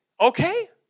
okay